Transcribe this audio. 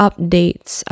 Updates